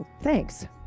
Thanks